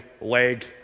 leg